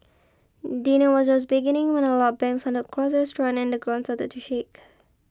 dinner was just beginning when a loud bang sounded across the restaurant and the ground started to shake